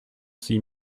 six